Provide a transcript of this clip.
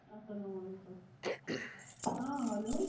اَسلام وعلیکُم ہاں ہیٚلو